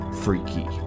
Freaky